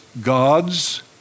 God's